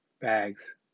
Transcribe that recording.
bags